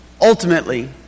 ultimately